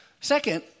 Second